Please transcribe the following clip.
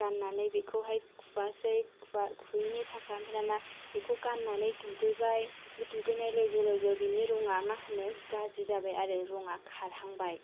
गान्नानै बेखौहाय खुवासै खुयैनि थाखाय ओमफाय दाना बेखौ गान्नानै दुगैबाय बे दुगैनाय लोगो लोगो बेनि रङा मा होनो गाज्रि जाबाय आरो रङा खारहांबाय